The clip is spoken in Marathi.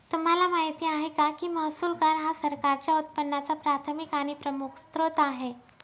तुम्हाला माहिती आहे का की महसूल कर हा सरकारच्या उत्पन्नाचा प्राथमिक आणि प्रमुख स्त्रोत आहे